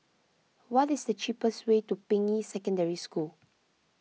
what is the cheapest way to Ping Yi Secondary School